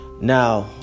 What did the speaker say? Now